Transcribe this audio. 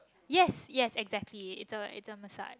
yes yes exactly it it a message